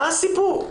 מה הסיפור?